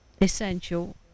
essential